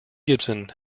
gibson